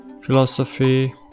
philosophy